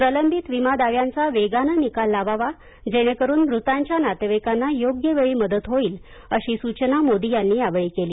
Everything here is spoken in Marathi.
प्रलंबित विमा दाव्यांचा वेगानं निकाल लावावाजेणेकरून मृतांच्या नातेवाईकांना योग्य वेळी मदत होईल अशी सूचना मोदी यांनी यावेळी केली